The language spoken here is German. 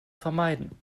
vermeiden